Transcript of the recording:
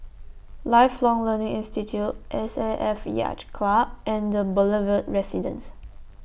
Lifelong Learning Institute S A F Yacht Club and The Boulevard Residence